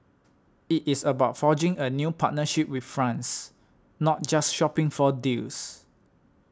it is about forging a new partnership with France not just shopping for deals